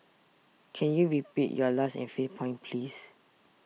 can you repeat your last and fifth point please